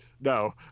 no